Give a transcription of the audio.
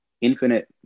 infinite